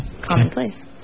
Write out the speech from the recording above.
commonplace